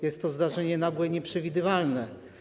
Jest to zdarzenie nagłe i nieprzewidywalne.